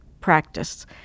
practice